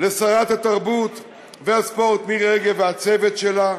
לשרת התרבות והספורט מירי רגב ולצוות שלה,